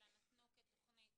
אלא נתנו כתוכנית.